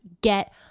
get